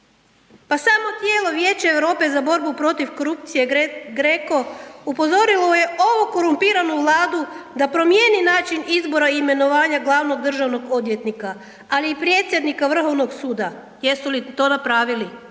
Pa samo tijelo Vijeće Europe za borbu protiv korupcije GRECO upozorilo je ovu korumpiranu Vladu da promijeni način izbora imenovanja glavnog državnog odvjetnika, ali i predsjednika Vrhovnog suda. Jesu li to napravili?